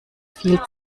viel